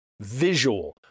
visual